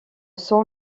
sans